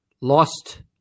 lost